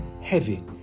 heavy